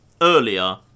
earlier